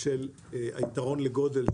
של היתרון לגודל,